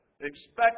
expect